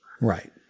Right